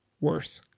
Worth